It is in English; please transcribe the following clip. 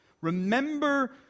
Remember